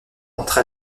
entre